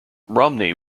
romney